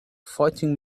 fighting